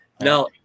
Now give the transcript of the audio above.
Now